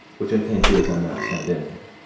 which i can't do as i'm not signed in here.